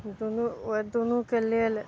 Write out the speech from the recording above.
दूनू ओ दुनूके लेल